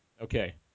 Okay